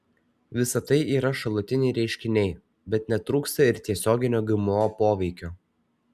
visa tai yra šalutiniai reiškiniai bet netrūksta ir tiesioginio gmo poveikio